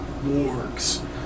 wargs